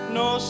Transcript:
no